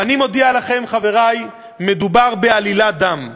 ואני מודיע לכם, חברי, מדובר בעלילת דם.